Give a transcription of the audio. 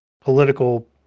political